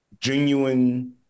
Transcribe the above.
genuine